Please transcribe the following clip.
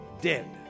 Dead